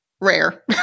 rare